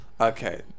Okay